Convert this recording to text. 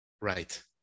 Right